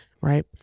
right